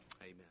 Amen